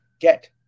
Get